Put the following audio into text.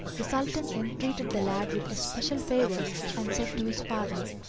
the sultan entreated the lad with especial favour and said to his father,